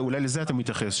אולי לזה אתה מתייחס.